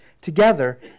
together